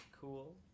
cool